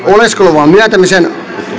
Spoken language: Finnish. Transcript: oleskeluluvan myöntämisen